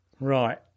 Right